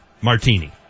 martini